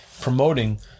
promoting